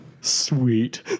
sweet